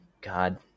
God